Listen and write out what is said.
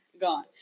gone